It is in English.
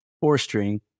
four-string